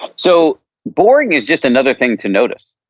so boring, is just another thing to notice.